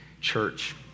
church